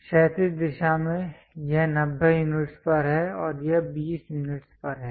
क्षैतिज दिशा में यह 90 यूनिट्स पर है और यह 20 यूनिट्स पर है